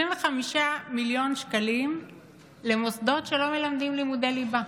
75 מיליון שקלים למוסדות שלא מלמדים לימודי ליבה.